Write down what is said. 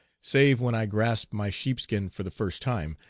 save when i grasped my sheepskin for the first time,